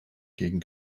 gegen